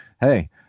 Hey